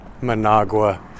managua